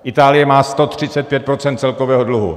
Itálie má 135 % celkového dluhu.